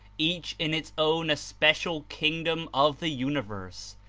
each in its own es pecial kingdom of the universe,